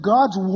God's